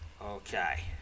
Okay